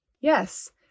Yes